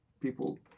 people